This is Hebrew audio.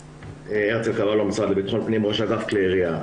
אני מהמשרד לביטחון הפנים, ראש אגף כלי ירייה.